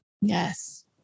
Yes